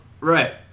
right